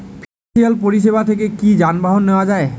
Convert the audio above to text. Financial পরিসেবা থেকে কি যানবাহন নেওয়া যায়?